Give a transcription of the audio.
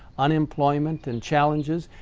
unemployment and challenges,